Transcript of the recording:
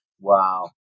Wow